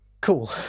Cool